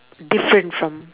different from